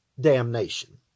damnation